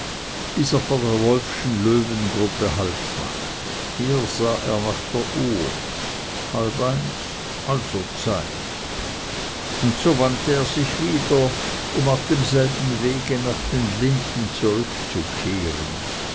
vor der wolffschen löwengruppe haltmachte hier sah er nach der uhr halb eins also zeit und so wandt er sich wieder um auf demselben wege nach den linden hin zurückzukehren